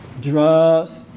Drugs